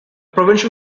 provincial